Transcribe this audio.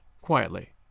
quietly